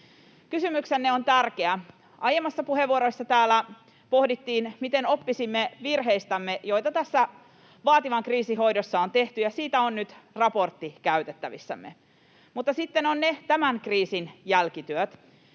Kysymyksenne on tärkeä. Aiemmissa puheenvuoroissa täällä pohdittiin, miten oppisimme virheistämme, joita tässä vaativan kriisin hoidossa on tehty, ja siitä on nyt raportti käytettävissämme. Mutta sitten ovat ne tämän kriisin jälkityöt.